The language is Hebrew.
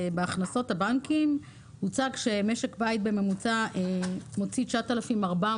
בהכנסות הבנקים הוצג שמשק בית בממוצע מוציא 9,400